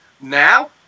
Now